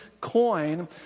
coin